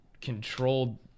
controlled